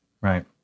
Right